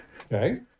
Okay